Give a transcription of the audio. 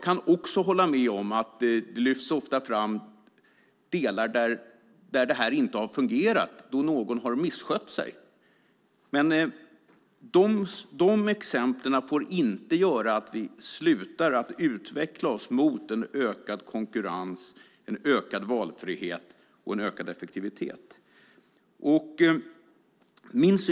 Det lyfts ofta fram delar där detta inte har fungerat och någon har misskött sig. Dessa exempel får dock inte göra att vi slutar att utveckla oss mot ökad konkurrens, ökad valfrihet och ökad effektivitet.